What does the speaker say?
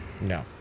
No